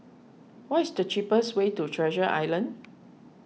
what is the cheapest way to Treasure Island